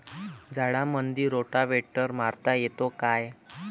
झाडामंदी रोटावेटर मारता येतो काय?